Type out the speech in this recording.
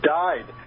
died